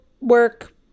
work